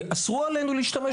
אסרו עלינו להשתמש בהם.